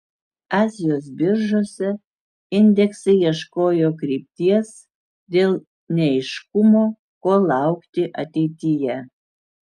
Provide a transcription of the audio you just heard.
azijos biržose indeksai ieškojo krypties dėl neaiškumo ko laukti ateityje